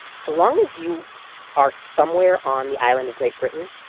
so long as you are somewhere on the island of great britain,